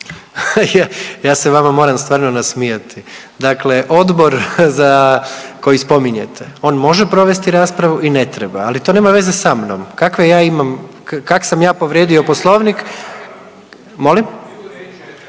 ja se vama moram stvarno nasmijati. Dakle odbor za, koji spominjete, on može provesti raspravu i ne treba, ali to nema veze sa mnom, kakve ja imam, kak sam ja povrijedio poslovnik…